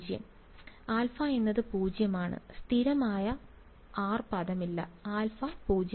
വിദ്യാർത്ഥി 0 α എന്നത് 0 ആണ് സ്ഥിരമായ r പദമില്ല α 0